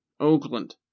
Oakland